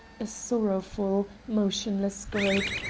a sorrowful, motionless group,